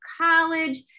college